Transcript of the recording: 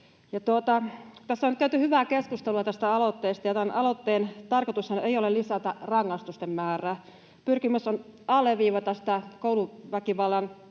Tässä on nyt käyty hyvää keskustelua tästä aloitteesta. Aloitteen tarkoitushan ei ole lisätä rangaistusten määrää. Pyrkimys on alleviivata sitä kouluväkivallan